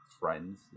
friends